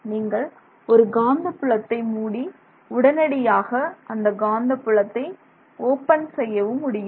நீங்கள் ஒரு காந்தப்புலத்தை மூடி உடனடியாக அந்த காந்தப்புலத்தை ஓபன் செய்யவும் முடியும்